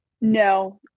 no